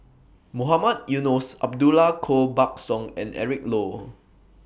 Mohamed Eunos Abdullah Koh Buck Song and Eric Low